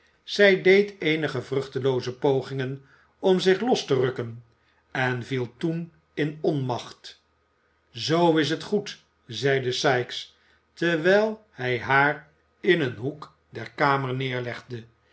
zij deed eenige vruchtelooze pogingen om zich los te rukken en viel toen in onmacht zoo is het goed zeide sikes terwijl hij haar in een hoek der kamer neerlegde